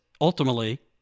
ultimately